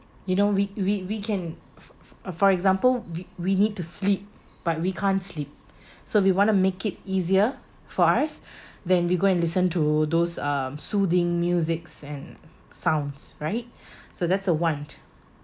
you know we we we can for example we we need to sleep but we can't sleep so we want to make it easier for us then we go and listen to those uh soothing musics and sounds right so that's a want